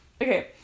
Okay